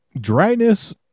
Dryness